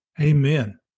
Amen